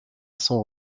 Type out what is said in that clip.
son